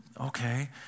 okay